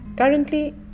Currently